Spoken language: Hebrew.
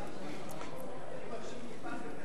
הגדרת משרדי ממשלה קבועים),